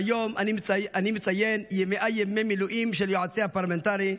היום אני מציין 100 ימי מילואים של יועצי הפרלמנטרי,